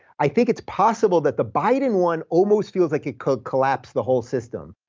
i think it's possible that the biden one almost feels like it could collapse the whole system,